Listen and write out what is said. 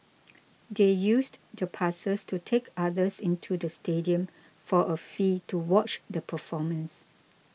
they used the passes to take others into the stadium for a fee to watch the performance